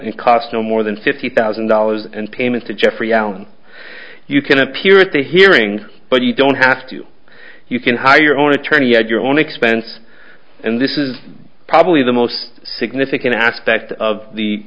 and costs no more than fifty thousand dollars in payments to jeffrey you can appear at the hearing but you don't have to you can hire your own attorney at your own expense and this is probably the most significant aspect of the